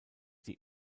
die